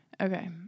Okay